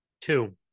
Two